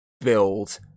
build